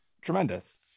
tremendous